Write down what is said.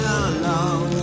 alone